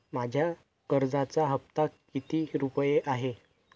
माझ्या कर्जाचा हफ्ता किती रुपये आहे?